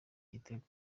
igitego